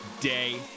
day